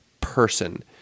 person